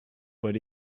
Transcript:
but